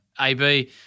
AB